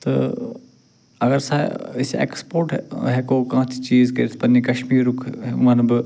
تہٕ اگر ہسا ٲں أسۍ ایٛکٕسپورٹ ہیٚکو کانٛہہ تہِ چیٖز کرتھ پننہِ کشمیٖرُک وَنہٕ بہِ